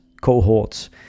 cohorts